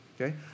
okay